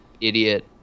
idiot